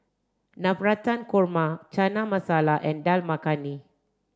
Navratan Korma Chana Masala and Dal Makhani